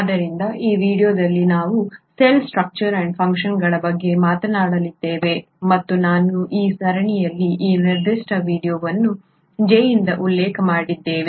ಆದ್ದರಿಂದ ಈ ವೀಡಿಯೊದಲ್ಲಿ ನಾವು ಸೆಲ್ ಸ್ಟ್ರಕ್ಚರ್ ಆಂಡ್ ಫ್ಯಾಂಕ್ಷನ್ಗಳ ಬಗ್ಗೆ ಮಾತನಾಡಲಿದ್ದೇವೆ ಮತ್ತು ನಾನು ಈ ಸರಣಿಯಲ್ಲಿ ಈ ನಿರ್ದಿಷ್ಟ ವೀಡಿಯೊವನ್ನು J ಇಂದ ಉಲ್ಲೇಖ ಮಾಡಿದ್ದೇವೆ